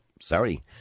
sorry